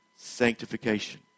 sanctification